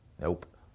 nope